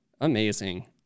Amazing